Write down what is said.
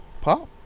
Pop